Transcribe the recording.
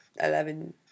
eleven